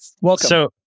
Welcome